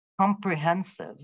comprehensive